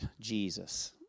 Jesus